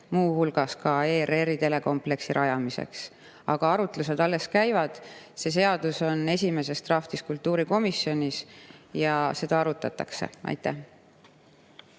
muu hulgas ERR-i telekompleksi rajamiseks. Aga arutlused alles käivad. See seadus on esimesedraft'ina kultuurikomisjonis ja seda arutatakse. Suur